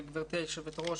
גברתי היושבת-ראש,